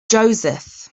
joseph